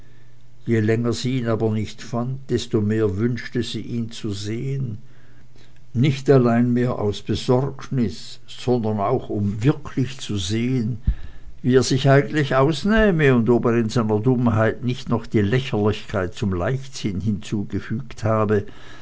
je länger sie ihn aber nicht fand desto mehr wünschte sie ihm zu sehen nicht allein mehr aus besorgnis sondern auch um wirklich zu schauen wie er sich eigentlich ausnähme und ob er in seiner dummheit nicht noch die lächerlichkeit zum leichtsinn hinzugefügt habe